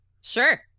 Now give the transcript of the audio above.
Sure